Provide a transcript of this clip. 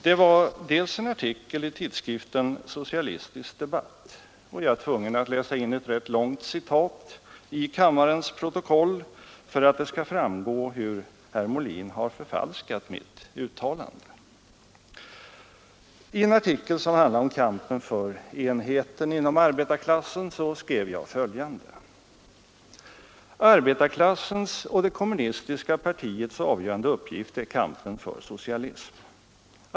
Det var bl.a. en artikel i tidskriften Socialistisk debatt, och jag är tvungen att läsa in ett rätt långt citat i kammarens protokoll för att det skall framgå hur herr Molin har förfalskat mitt uttalande. I en artikel som handlar om kampen för enheten inom arbetarklassen skrev jag följande: ”Arbetarklassens och det kommunistiska partiets avgörande uppgift är kampen för socialism.